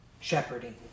shepherding